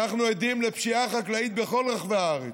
אנחנו עדים לפשיעה חקלאית בכל רחבי הארץ.